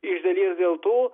iš dalies dėl to